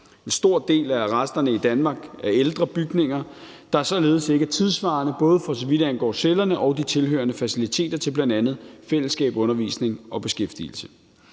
En stor del af arresterne i Danmark er ældre bygninger, der således ikke er tidssvarende, både for så vidt angår cellerne og de tilhørende faciliteter til bl.a. fællesskab, undervisning og beskæftigelse.